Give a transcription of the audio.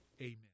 Amen